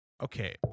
Okay